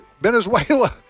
Venezuela